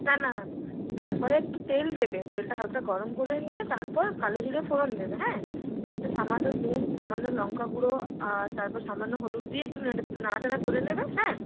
না না তার পরে একটু তেল দেবে তেলটা হালকা গরম করে নিয়ে তারপর কালো জিরে ফোড়ন দেবে হ্যাঁ একটু সামান্য নুন সামান্য লঙ্কাগুঁড়ো আর তারপর সামান্য হলুদ দিয়ে একটু নেড়ে নাড়াচাড়া করে নেবে হ্যাঁ